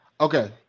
Okay